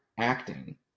acting